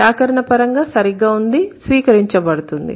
వ్యాకరణపరంగా సరిగ్గా ఉంది స్వీకరించబడుతుంది